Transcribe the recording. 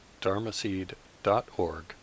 dharmaseed.org